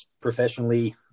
professionally